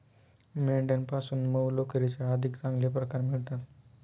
मेंढ्यांपासून मऊ लोकरीचे अधिक चांगले प्रकार मिळतात